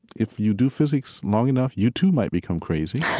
if you do physics long enough, you too might become crazy.